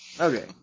Okay